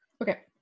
Okay